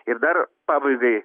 ir dar pabaigai